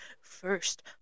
first